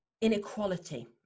inequality